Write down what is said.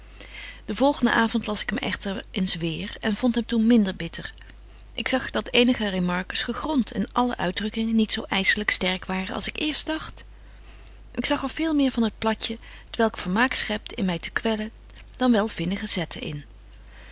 sara burgerhart avond las ik hem echter eens weêr en vond hem toen minder bitter ik zag dat eenige remarques gegront en alle uitdrukkingen niet zo ysselyk sterk waren als ik eerst dagt ik zag er veel meer van het platje t welk vermaak schept in my te kwellen dan wel vinnige zetten in